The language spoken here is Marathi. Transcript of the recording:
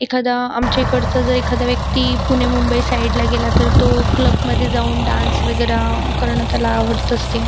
एखादा आमच्या इकडचा जर एखादा व्यक्ती पुणे मुंबई साईडला गेला तर तो क्लबमध्ये जाऊन डान्स वगैरे करणं त्याला आवडत असते